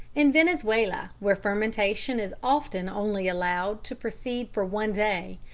in venezuela, where fermentation is often only allowed to proceed for one day,